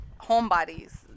homebodies